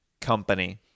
company